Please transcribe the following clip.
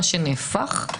מה שנהפך,